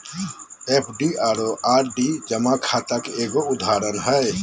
FD आरो RD जमा खाता के एगो उदाहरण हय